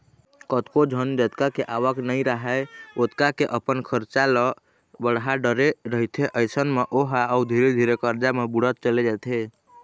कतको झन जतका के आवक नइ राहय ओतका के अपन खरचा ल बड़हा डरे रहिथे अइसन म ओहा अउ धीरे धीरे करजा म बुड़त चले जाथे